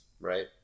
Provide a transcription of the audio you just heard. right